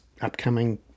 upcoming